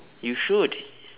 you should